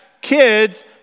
kids